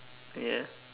ya